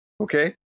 Okay